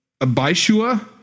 Abishua